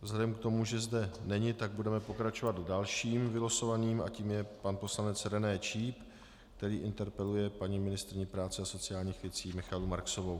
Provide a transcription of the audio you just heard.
Vzhledem k tomu, že zde není, budeme pokračovat dalším vylosovaným a tím je pan poslanec René Číp, který interpeluje paní ministryni práce a sociálních věcí Michaelu Marksovou.